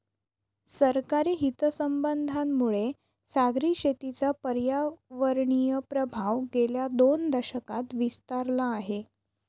सरकारी हितसंबंधांमुळे सागरी शेतीचा पर्यावरणीय प्रभाव गेल्या दोन दशकांत विस्तारला आहे